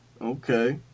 Okay